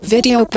Video